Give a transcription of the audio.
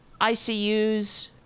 ICUs